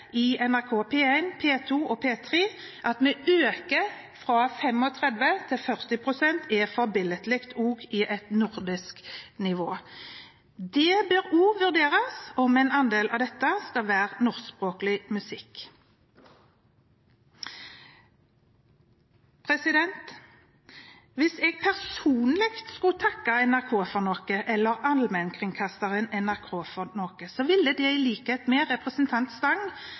i NRK P1, P2 og P3 økes fra 35 til 40 pst. Det er forbilledlig, også i et nordisk perspektiv. Det bør også vurderes om en andel av dette skal være norskspråklig musikk. Hvis jeg personlig skulle ha takket allmennkringkasteren NRK for noe, ville det, i likhet med det representanten Berge Stang